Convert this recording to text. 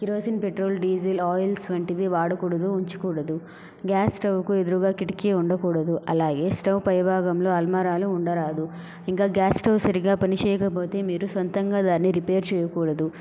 kerosene petrol diesel oils వంటివి వాడకూడదు ఉంచకూడదు గ్యాస్ స్టవ్ కు ఎదురుగా కిటికీ ఉండకూడదు అలాగే స్టవ్ పై భాగంలో అల్మారాలు ఉండరాదు ఇంకా గ్యాస్ స్టవ్ సరిగా పని చేయకపోతే మీరు సొంతంగా దాన్ని రిపేర్ చేయకూడదు